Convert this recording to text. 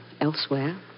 elsewhere